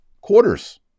quarters